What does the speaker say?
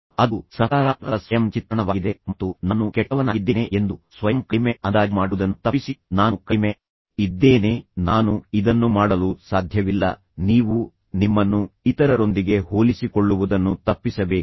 ಅದು ಸಕಾರಾತ್ಮಕ ಸ್ವಯಂ ಚಿತ್ರಣವಾಗಿದೆ ಮತ್ತು ನಾನು ಕೆಟ್ಟವನಾಗಿದ್ದೇನೆ ಎಂದು ಸ್ವಯಂ ಕಡಿಮೆ ಅಂದಾಜು ಮಾಡುವುದನ್ನು ತಪ್ಪಿಸಿ ನಾನು ಕಡಿಮೆ ಇದ್ದೇನೆ ನಾನು ಇದನ್ನು ಮಾಡಲು ಸಾಧ್ಯವಿಲ್ಲ ನೀವು ನಿಮ್ಮನ್ನು ಇತರರೊಂದಿಗೆ ಹೋಲಿಸಿಕೊಳ್ಳುವುದನ್ನು ತಪ್ಪಿಸಬೇಕು